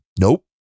nope